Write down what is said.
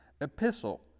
epistle